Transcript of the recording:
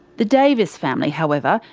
the davis family however,